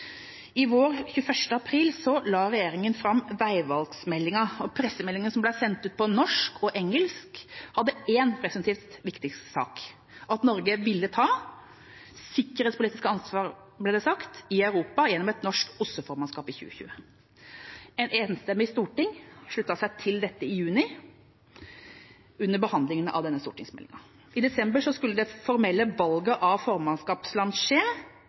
fjor vår, den 21. april, la regjeringa fram veivalgmeldinga. Pressemeldinger som ble sendt ut på norsk og engelsk, hadde som presumptivt viktigste sak at Norge ville ta «sikkerhetspolitisk ansvar» i Europa gjennom et norsk OSSE-formannskap i 2020. Et enstemmig storting sluttet seg til dette i juni, under behandlingen av denne stortingsmeldinga. I desember skulle det formelle valget av formannskapsland skje